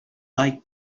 like